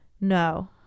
no